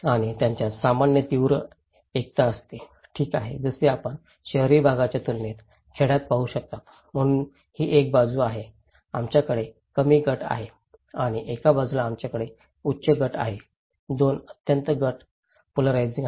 आणि त्यांच्यात सामान्य तीव्र एकता आहे ठीक आहे जसे आपण शहरी भागाच्या तुलनेत खेड्यात पाहू शकता म्हणून ही एक बाजू आहे आमच्याकडे कमी गट आहे आणि एक बाजूला आमच्याकडे उच्च गट आहे 2 अत्यंत गट पोलारिझिंग